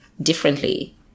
differently